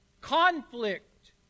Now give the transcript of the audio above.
Conflict